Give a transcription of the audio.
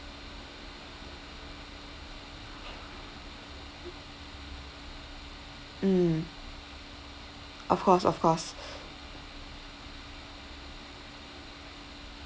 mm of course of course